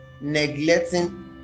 neglecting